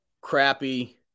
crappy